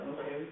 Okay